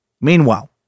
Meanwhile